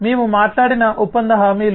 మేము మాట్లాడిన ఒప్పంద హామీలు